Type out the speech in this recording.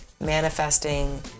manifesting